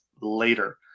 later